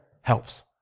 helps